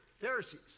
Pharisees